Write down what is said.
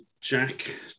jack